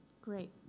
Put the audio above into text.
Great